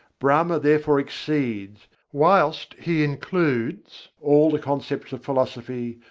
brahma therefore exceeds whilst he includes all the concepts of philosophy,